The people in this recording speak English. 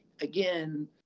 again